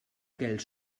aquell